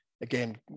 again